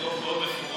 בדוח מאוד מפורט,